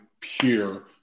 pure